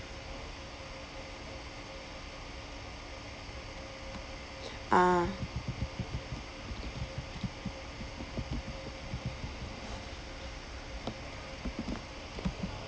ah